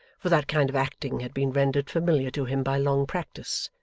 for that kind of acting had been rendered familiar to him by long practice,